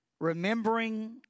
Remembering